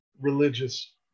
religious